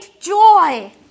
joy